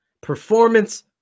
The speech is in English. performance